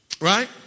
right